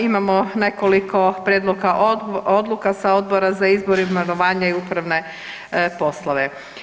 Imamo nekoliko prijedloga odluka sa Odbor za izbor, imenovanja i upravne poslove.